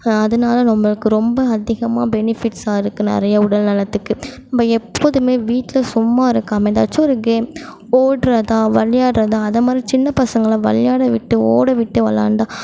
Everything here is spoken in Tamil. அதனால நம்மளுக்கு ரொம்ப அதிகமாக பெனிஃபிட்ஸாக இருக்கு நிறையா உடல் நலத்துக்கு நம்ம எப்பொழுதுமே வீட்டில் சும்மா இருக்காமல் ஏதாச்சும் ஒரு கேம் ஓடுவதா விளையாடுறதா அதுமாரி சின்ன பசங்களை விளையாடவிட்டு ஓடவிட்டு விளையாண்டா